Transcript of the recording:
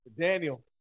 Daniel